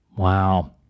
Wow